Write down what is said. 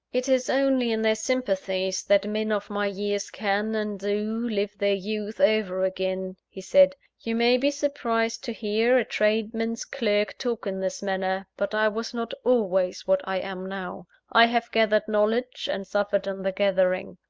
it is only in their sympathies, that men of my years can, and do, live their youth over again, he said. you may be surprised to hear a tradesman's clerk talk in this manner but i was not always what i am now. i have gathered knowledge, and suffered in the gathering.